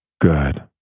Good